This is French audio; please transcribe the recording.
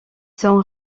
sont